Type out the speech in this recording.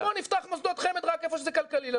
בואו נפתח מוסדות חמ"ד רק איפה שזה כלכלי לנו,